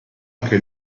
anche